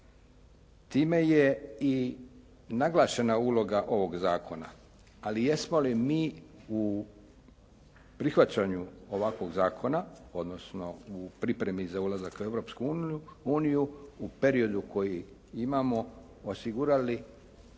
Time je i naglašena uloga ovog zakona. Ali jesmo li mi u prihvaćanju ovakvog zakona odnosno u pripremi za ulazak u Europsku uniju u periodu koji imamo osigurali